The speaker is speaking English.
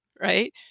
right